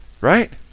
right